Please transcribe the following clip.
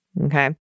Okay